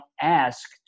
ask